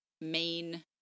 main